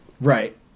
right